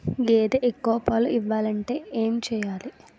గేదె ఎక్కువ పాలు ఇవ్వాలంటే ఏంటి చెయాలి?